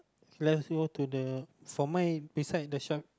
let's go to the for mine beside the shop